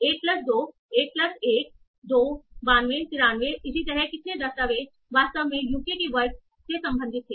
1 plus 2 1 plus 1 2 92 93 इसी तरह कितने दस्तावेज वास्तव में यूके के वर्ग से संबंधित थे